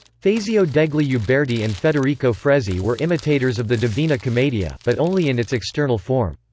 fazio degli uberti and federico frezzi were imitators of the divina commedia, but only in its external form.